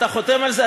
אתה חותם על זה?